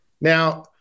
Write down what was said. Now